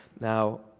Now